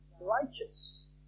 righteous